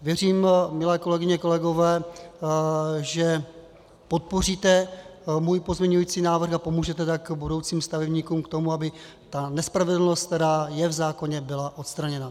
Věřím, milé kolegyně, kolegové, že podpoříte můj pozměňující návrh a pomůžete tak budoucím stavebníkům k tomu, aby ta nespravedlnost, která je v zákoně, byla odstraněna.